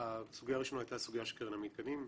הסוגיה הראשונה הייתה הסוגיה של קרן המתקנים,